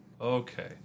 Okay